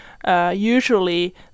Usually